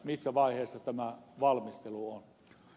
missä vaiheessa tämä valmistelu on